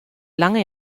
lange